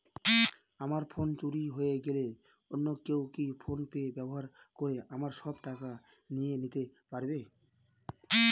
আমার ফোন চুরি হয়ে গেলে অন্য কেউ কি ফোন পে ব্যবহার করে আমার সব টাকা নিয়ে নিতে পারবে?